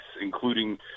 including